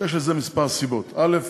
יש לזה כמה סיבות: א.